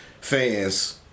fans –